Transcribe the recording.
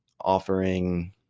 offering